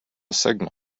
signal